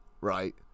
right